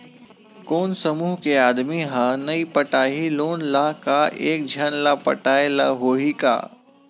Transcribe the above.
कोन समूह के आदमी हा नई पटाही लोन ला का एक झन ला पटाय ला होही का?